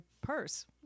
purse